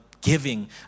giving